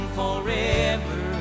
forever